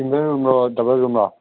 single ꯔꯨꯝꯂꯣ double ꯔꯨꯝꯂꯣ